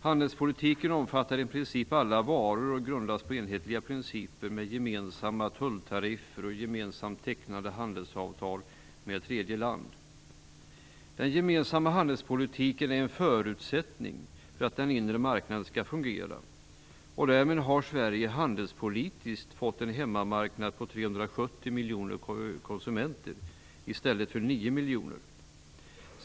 Handelspolitiken omfattar i princip alla varor och grundas på enhetliga principer med gemensamma tulltariffer och gemensamt tecknade handelsavtal med tredje land. Den gemensamma handelspolitiken är en förutsättning för att den inre marknaden skall fungera. Därmed har Sverige handelspolitiskt fått en "hemmamarknad" på 370 miljoner konsumenter i stället för nio miljoner.